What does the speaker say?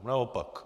Naopak.